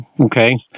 Okay